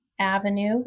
avenue